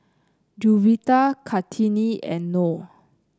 Juwita Kartini and Noh